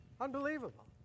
Unbelievable